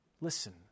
Listen